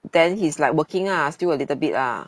then he's like working ah still a little bit ah